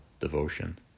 devotion